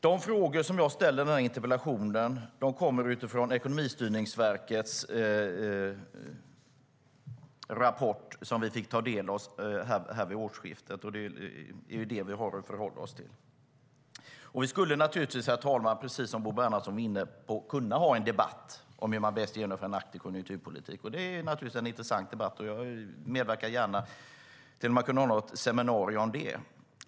De frågor som jag ställer i interpellationen är utifrån Ekonomistyrningsverkets rapport, som vi fick ta del av vid årsskiftet och som vi har att förhålla oss till. Precis som Bo Bernhardsson var inne på skulle vi kunna ha en debatt om hur man bäst genomför en aktiv konjunkturpolitik. Det är naturligtvis en intressant debatt, och jag medverkar gärna till ett seminarium om det.